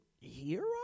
hero